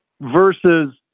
versus